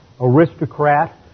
aristocrat